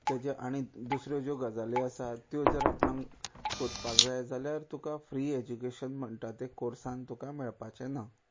ताजे आनी दुसऱ्यो ज्यो गजाली आसात त्यो जर आपणांक सोदपाक जाय जाल्यार तुका फ्री एजुकेशन म्हणटा तें कोर्सान तुका मेळपाचें ना